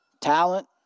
talent